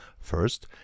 First